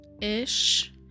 ish